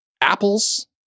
apples